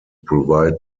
provide